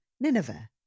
Nineveh